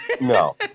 No